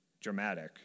dramatic